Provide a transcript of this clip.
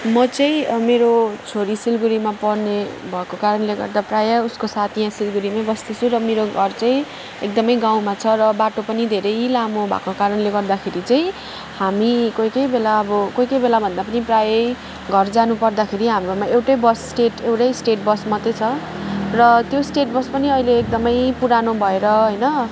म चाहिँ मेरो छोरी सिलगडीमा पढ्ने भएको कारणले गर्दा प्रायः उसको साथी यहाँ सिलगडीमा बस्दैछु र मेरो घर चाहिँ एकदम गाउँमा छ र बाटो पनि धेरै लामो भएको कारणले गर्दाखेरि चाहिँ हामी कोही कोही बेला अब कोही कोही बेला अब भन्दा पनि प्रायः घर जानु पर्दाखेरि हाम्रोमा एउटा बस स्टेट एउटा स्टेट बस मात्र छ र त्यो स्टेट बस पनि अहिले एकदम पुरानो भएर होइन